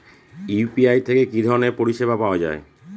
UPI থেকে কি ধরণের পরিষেবা পাওয়া য়ায়?